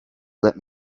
let